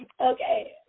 Okay